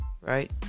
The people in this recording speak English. right